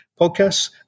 podcasts